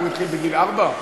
הוא התחיל בגיל ארבע?